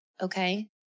okay